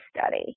study